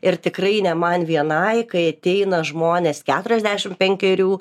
ir tikrai ne man vienai kai ateina žmonės keturiasdešimt penkerių